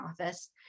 office